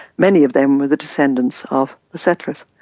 many of them were the descendants of the settlers.